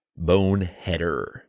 boneheader